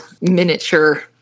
miniature